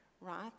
right